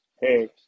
Hey